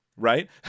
right